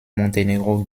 montenegro